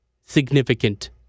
Significant